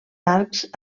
arcs